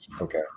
Okay